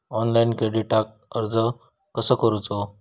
Online क्रेडिटाक अर्ज कसा करुचा?